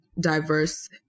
diverse